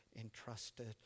entrusted